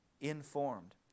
informed